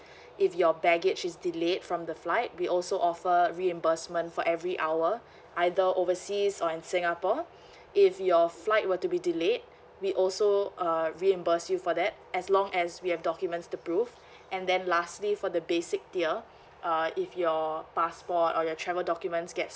if your baggage is delayed from the flight we also offer reimbursement for every hour either overseas or in singapore if your flight were to be delayed we also uh reimburse you for that as long as we have documents to prove and then lastly for the basic tier uh if your passport or your travel documents get